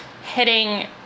hitting